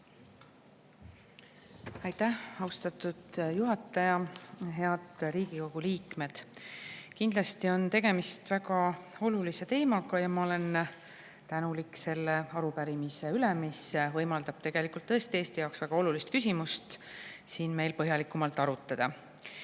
Aitäh, austatud juhataja! Head Riigikogu liikmed! Kindlasti on tegemist väga olulise teemaga ja ma olen tänulik selle arupärimise eest, mis võimaldab meil tõesti Eesti jaoks väga olulist küsimust siin põhjalikumalt arutada.